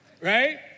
Right